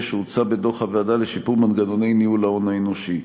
שהוצע בדוח הוועדה לשיפור מנגנוני ניהול ההון האנושי.